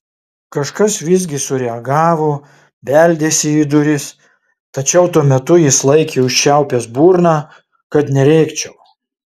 kažkas visgi sureagavo beldėsi į duris tačiau tuo metu jis laikė užčiaupęs burną kad nerėkčiau